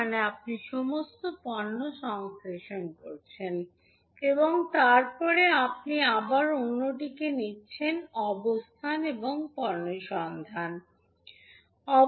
মানে আপনি সমস্ত পণ্য সংশ্লেষ করছেন এবং তারপরে আপনি আবার অন্যটির অবস্থান নিচ্ছেন এবং পণ্য সন্ধান করছেন